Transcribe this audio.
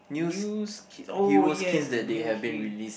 news oh yes the new hit